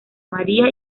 maría